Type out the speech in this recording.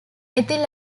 ethyl